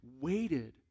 waited